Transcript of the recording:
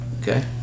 okay